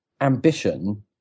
ambition